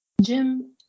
Jim